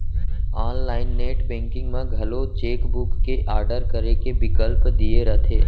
online net banking म घलौ cheque book के आडर करे के बिकल्प दिये रथे